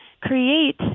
create